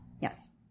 Yes